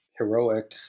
heroic